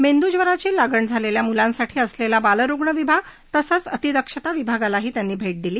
मेंदूज्वराची लागण झालेल्या मुलांसाठी असलेल्या बालरुग्ण विभाग तसंच अतिदक्षता विभागाला त्यांनी भेठादिली